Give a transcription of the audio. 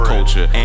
Culture